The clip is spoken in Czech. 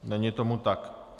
Není tomu tak.